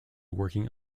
working